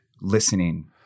listening